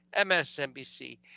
MSNBC